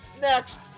next